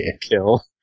kill